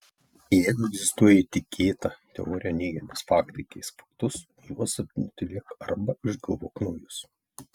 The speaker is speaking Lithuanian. jeigu egzistuoja įtikėtą teoriją neigiantys faktai keisk faktus juos nutylėk arba išgalvok naujus